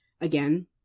again